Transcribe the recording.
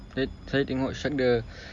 say~ saya tengok shark dia